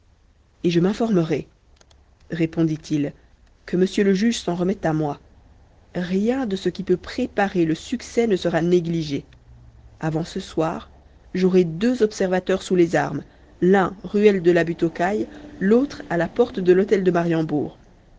et je m'informerai répondit-il que monsieur le juge s'en remette à moi rien de ce qui peut préparer le succès ne sera négligé avant ce soir j'aurai deux observateurs sous les armes l'un ruelle de la butte aux cailles l'autre à la porte de l'hôtel de mariembourg